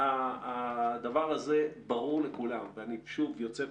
דבר שני.